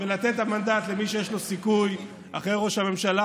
ולתת את המנדט למי שיש לו סיכוי אחרי ראש הממשלה,